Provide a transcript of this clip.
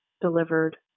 delivered